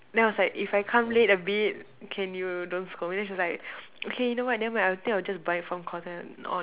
then I was like if I come late a bit can you don't scold me then she's like okay you know what never mind I think I will just buy it from cotton-on